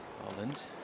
Holland